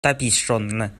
tapiŝon